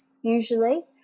usually